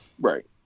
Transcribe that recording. Right